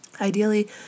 Ideally